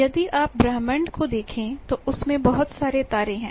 यदि आप ब्रह्मांड को देखें तो उसमें बहुत सारे तारे हैं